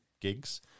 gigs